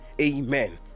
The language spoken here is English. Amen